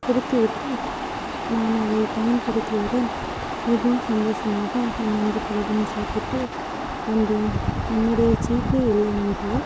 கொடுத்துவிட்டு நான் அவை பயன்படுத்தியவுடன் மிகவும் சந்தோஷமாக என் நண்பர்களுடன் சாப்பிட்டு வந்தேன் என்னுடைய ஜீபே இல்லை என்றால்